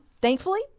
thankfully